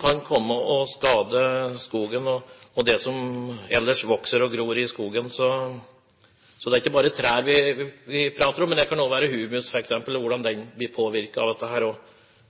kan komme og skade skogen og det som ellers vokser og gror i skogen. Det er ikke bare trær vi prater om, men det kan også være humus f.eks., og hvordan den også blir påvirket av dette.